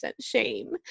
shame